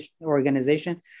organization